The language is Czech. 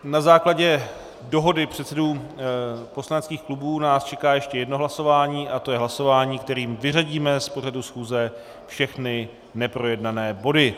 Na základě dohody předsedů poslaneckých klubů nás čeká ještě jedno hlasování a to je hlasování, kterým vyřadíme z pořadu schůze všechny neprojednané body.